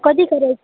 कधी करायचं